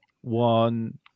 one